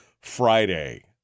Friday